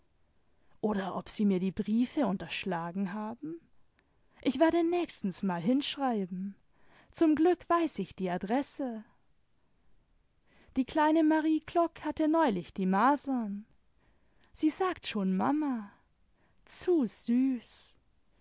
oder ob sie mir die briefe unterschlagen haben ich werde nächstens mal hinschreiben zum glück weiß ich die adresse die kleine marie klock hatte neulich die masern sie sagt schon mama zu süß